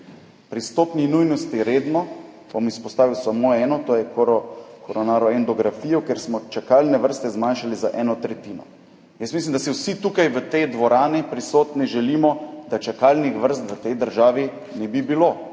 Pri stopnji nujnosti redno bom izpostavil samo eno, to je koronarografija, kjer smo čakalne vrste zmanjšali za eno tretjino. Mislim, da si vsi tukaj v tej dvorani prisotni želimo, da čakalnih vrst v tej državi ne bi bilo.